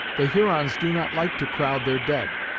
the hurons do not like to crowd their dead.